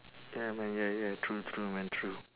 ya man ya ya true true man true